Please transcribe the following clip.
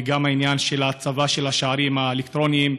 וגם העניין של ההצבה של השערים האלקטרוניים,